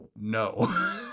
No